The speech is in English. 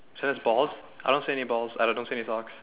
tennis balls I don't see any balls and I don't see any socks